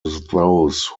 those